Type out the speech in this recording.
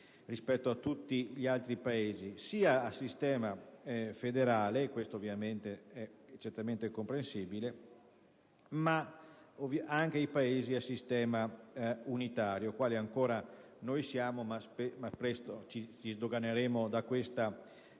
rispetto a tutti gli altri Paesi, sia a sistema federale - questo è certamente comprensibile - che anche a sistema unitario quali ancora noi siamo (ma presto ci sdoganeremo da questa classifica